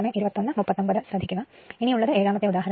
ഇനി ഉള്ളത് 7 ആമത്തെ ഉദാഹരണം ആണ്